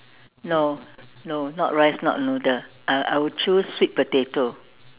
no no not rice not noodle uh I would choose sweet potato